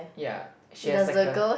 ya she has like a